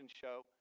show